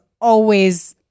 always-